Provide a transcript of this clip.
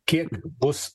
kiek bus